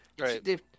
Right